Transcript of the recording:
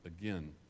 again